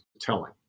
telling